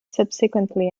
subsequently